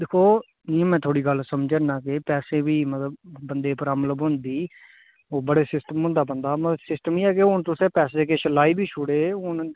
दिक्खो इयां मै थुआड़ी गल्ल समझै ना कि पैसे बी मतलब बंदे प्राब्लम होंदी होर बड़ा सिस्टम होंदा बंदे दा मगर सिस्टम एह् ऐ जे हून तुसें पैसे किश लाई बी छोड़े हून